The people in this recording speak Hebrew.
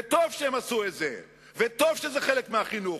וטוב שהם עשו את זה, וטוב שזה חלק מהחינוך.